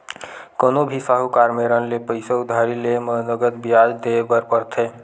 कोनो भी साहूकार मेरन ले पइसा उधारी लेय म नँगत बियाज देय बर परथे